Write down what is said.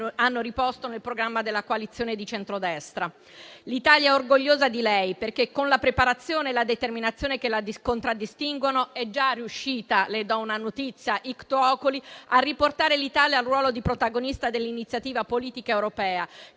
L'Italia è orgogliosa di lei perché, con la preparazione e la determinazione che la contraddistinguono, è già riuscita - le do una notizia *ictu oculi* - a riportare l'Italia al ruolo di protagonista dell'iniziativa politica europea,